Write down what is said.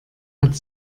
hat